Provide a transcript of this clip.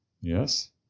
Yes